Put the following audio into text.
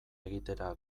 egitera